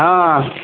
हँ